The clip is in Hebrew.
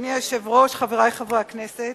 אדוני היושב-ראש, חברי חברי הכנסת,